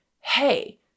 hey